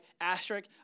asterisk